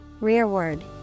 Rearward